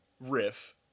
Riff